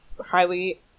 highly